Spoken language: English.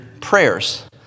prayers